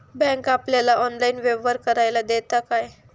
Bank आपल्याला online व्यवहार करायला देता काय?